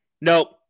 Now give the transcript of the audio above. Nope